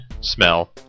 smell